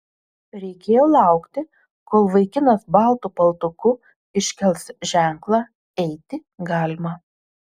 reikėjo laukti kol vaikinas baltu paltuku iškels ženklą eiti galima